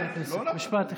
משפט אחד.